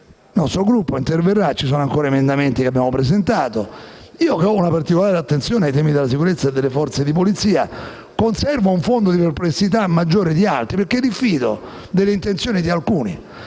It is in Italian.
Il nostro Gruppo interverrà e ci sono ancora emendamenti che abbiamo presentato. Richiamo una particolare attenzione ai temi della sicurezza e delle forze di polizia e conservo un fondo di perplessità maggiore di altri, perché diffido delle intenzioni di alcuni.